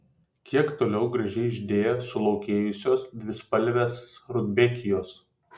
kiek toliau gražiai žydėjo sulaukėjusios dvispalvės rudbekijos